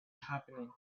happening